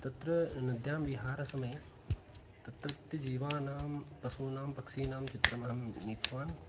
तत्र नद्यां विहारसमये तत्रत्यजीवानां पशूनां पक्षिणां चित्रम् अहं नीतवान्